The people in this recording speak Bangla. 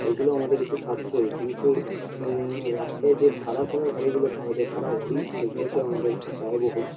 এগুলো আমাদের একটু সাশ্রয়ী কিন্তু রাস্তায় যে ভাড়া করা গাড়িগুলো পাওয়া যায় ভাড়া গাড়ি সেগুলোতে আমাদের খুব ব্যয়বহুল